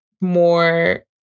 more